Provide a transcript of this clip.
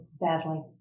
badly